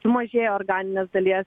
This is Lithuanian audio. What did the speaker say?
mažėja organinės dalies